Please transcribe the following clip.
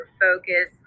focus